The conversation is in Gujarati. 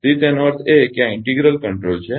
તેથી તેનો અર્થ એ કે આ ઇન્ટિગલ કંટ્રોલ છે